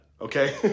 okay